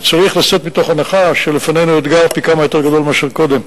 צריך לצאת מהנחה שלפנינו אתגר פי-כמה יותר גדול מאשר קודם.